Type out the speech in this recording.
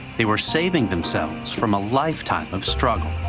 they were saving themselves from a lifetime of struggle.